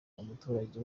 umuturage